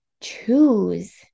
choose